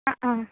आं आं